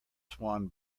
swan